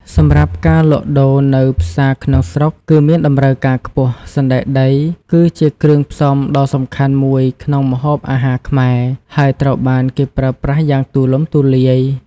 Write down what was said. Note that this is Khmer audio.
សំរាប់ការលក់ដូរនៅផ្សារក្នុងស្រុក គឺមានតម្រូវការខ្ពស់ សណ្តែកដីគឺជាគ្រឿងផ្សំដ៏សំខាន់មួយក្នុងម្ហូបអាហារខ្មែរ ហើយត្រូវបានគេប្រើប្រាស់យ៉ាងទូលំទូលាយ។